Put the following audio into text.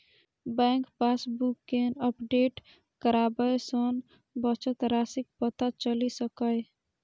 bank passbook कें update कराबय सं बचत राशिक पता चलि सकैए